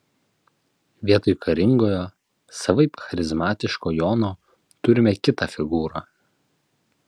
vietoj karingojo savaip charizmatiško jono turime kitą figūrą